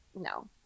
no